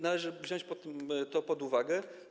Należy wziąć to pod uwagę.